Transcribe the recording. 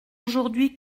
aujourd’hui